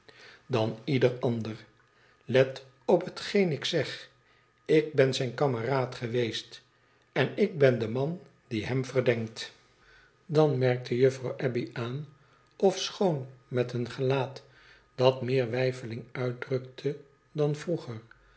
let op hetgeen ik zeg ik ben zijn kameraad geweest en ik ben de man die hem verdenkt dan merkte juffrouw abbey aan ofschoon met een gelaat dat meer weifeling uitdrukte dan vroeger